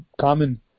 common